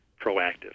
proactive